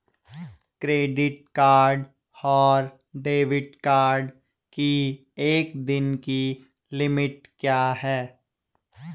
Credit card और debit card की एक दिन की लिमिट क्या है?